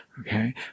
Okay